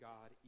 God